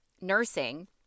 nursing